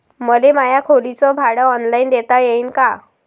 मले माया खोलीच भाड ऑनलाईन देता येईन का?